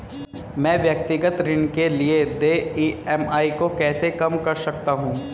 मैं व्यक्तिगत ऋण के लिए देय ई.एम.आई को कैसे कम कर सकता हूँ?